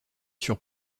sur